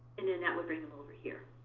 and then that would bring them over here.